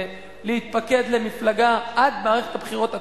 להתפקד למפלגה עד מערכת הבחירות הקרובה,